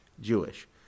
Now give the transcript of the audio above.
Jewish